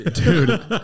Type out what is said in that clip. Dude